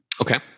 Okay